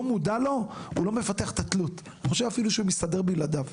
מודע לו ולא מפתח את התלות; אני חושב שהוא אפילו מסתדר בלעדיו.